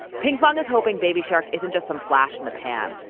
pinkfong is hoping baby shark isn't just some flash in the pan,